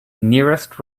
nearest